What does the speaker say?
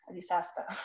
disaster